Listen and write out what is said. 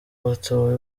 batowe